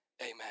Amen